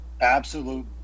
absolute